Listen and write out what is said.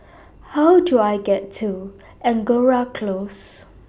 How Do I get to Angora Close